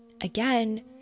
Again